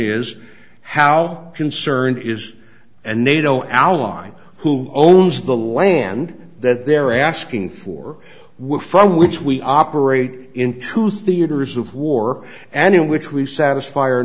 is how concerned is a nato ally who owns the land that they're asking for we're from which we operate into theaters of war and in which we satisfy